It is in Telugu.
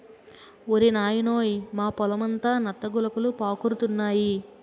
ఓరి నాయనోయ్ మా పొలమంతా నత్త గులకలు పాకురుతున్నాయి